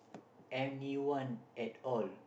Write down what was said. anyone at all